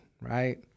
right